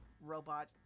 robot